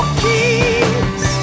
keys